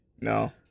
No